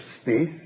space